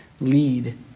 lead